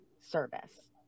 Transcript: service